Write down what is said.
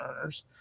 earners